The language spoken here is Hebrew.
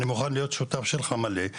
אני מוכן להיות שותף שלך מלא,